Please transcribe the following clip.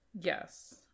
Yes